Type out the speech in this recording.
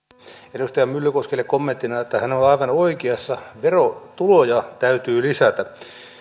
edustaja myllykoskelle kommenttina että hän on on aivan oikeassa verotuloja täytyy lisätä